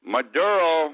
Maduro